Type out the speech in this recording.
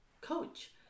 coach